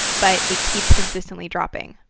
but it keeps consistently dropping.